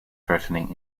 threatening